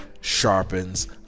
sharpens